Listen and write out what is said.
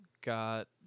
got